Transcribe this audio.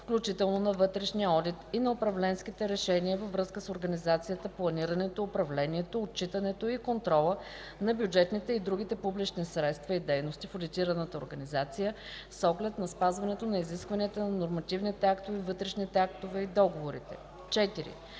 включително на вътрешния одит и на управленските решения във връзка с организацията, планирането, управлението, отчитането и контрола на бюджетните и другите публични средства и дейности в одитираната организация с оглед на спазването на изискванията на нормативните актове, вътрешните актове и договорите. 4.